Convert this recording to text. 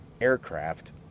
aircraft